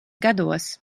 gados